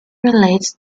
relates